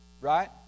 right